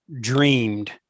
dreamed